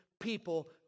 people